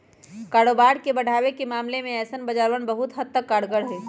कारोबार के बढ़ावे के मामले में ऐसन बाजारवन बहुत हद तक कारगर हई